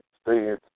stay